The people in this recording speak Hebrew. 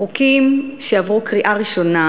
חוקים שעברו קריאה ראשונה